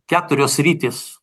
keturios sritys